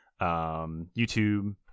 YouTube